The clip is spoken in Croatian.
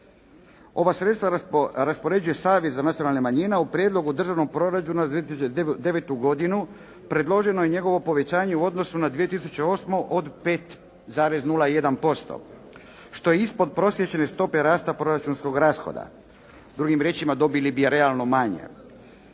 Ova sredstva raspoređuje Savez za nacionalne manjine u prijedlogu državnog proračuna za 2009. godinu predloženo je njegovo povećanje u odnosu na 2008. od 5,01%, što je ispod prosječne stope rasta proračunskog rashoda. Drugim riječima, dobili bi realno manje.